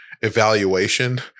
evaluation